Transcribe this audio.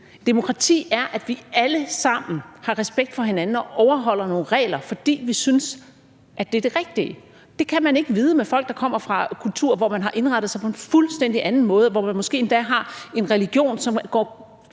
Demokrati er, at vi alle sammen har respekt for hinanden og overholder nogle regler, fordi vi synes, at det er det rigtige. Det kan man ikke vide med folk, der kommer fra kulturer, hvor man har indrettet sig på en fuldstændig anden måde, og hvor man måske endda har en religion, som går